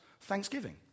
thanksgiving